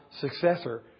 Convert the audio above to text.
successor